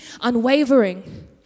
unwavering